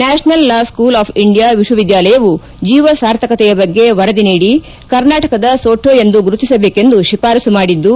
national law school of India ವಿಶ್ವವಿದ್ದಾಲಯವು ಜೀವಾರ್ಥಕತೆಯ ಬಗ್ಗೆ ವರದಿ ನೀಡಿ ಕರ್ನಾಟಕದ ಸೊಟ್ಟೊ ಎಂದು ಗುರುತಿಸಬೇಕೆಂದು ಶಿಫಾರಸು ಮಾಡಿದ್ದು